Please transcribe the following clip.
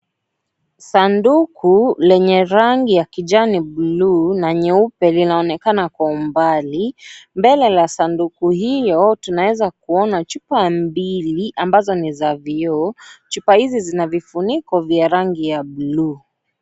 Sanduku lenye rangi ya kijani bluu na nyeupe linaonekana kwa umbali. Mbele la sanduku hiyo, tunaeza kuona chupa mbili ambazo ni za vyoo, chupa hizi zina vifuniko vya rangi ya bluu .